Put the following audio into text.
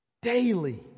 Daily